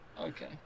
okay